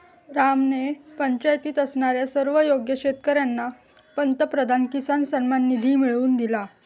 रामने पंचायतीत असणाऱ्या सर्व योग्य शेतकर्यांना पंतप्रधान किसान सन्मान निधी मिळवून दिला